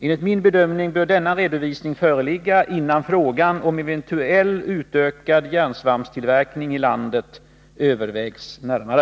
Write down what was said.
Enligt min bedömning bör denna redovisning föreligga innan frågan om en eventuell utökad järnsvampstillverkning i landet övervägs närmare.